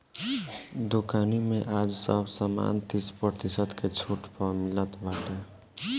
दुकानी में आज सब सामान तीस प्रतिशत के छुट पअ मिलत बाटे